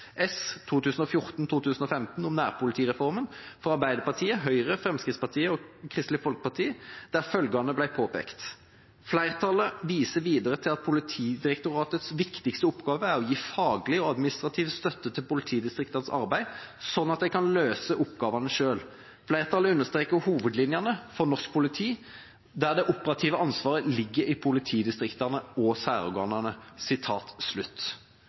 Kristelig Folkeparti hvor følgende ble påpekt: «Flertallet viser videre til at Politidirektoratets viktigste oppgave er å gi faglig og administrativ støtte til politidistriktenes arbeid, slik at de kan løse oppgavene selv. Flertallet understreker hovedlinjene for norsk politi hvor det operative ansvaret ligger i politidistriktene og særorganene.»